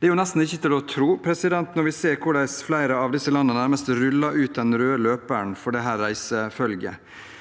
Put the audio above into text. Det er nesten ikke til å tro når vi ser hvordan flere av disse landene nærmest ruller ut den røde løperen for dette reisefølget.